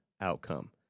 outcome